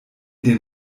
den